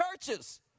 churches